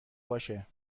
باشه